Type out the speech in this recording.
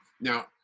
Now